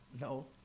No